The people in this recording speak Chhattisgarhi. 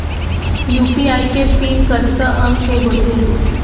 यू.पी.आई के पिन कतका अंक के होथे?